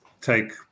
take